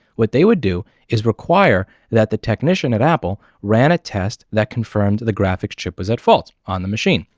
what they would do is require that the technician at apple ran a test that confirmed the graphics chip was at fault on the machine.